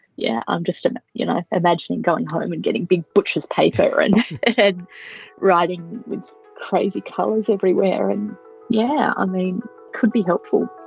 yeah i'm just and you know imagining going home and getting big butcher's paper and head writing crazy columns everywhere and yeah i mean could be helpful.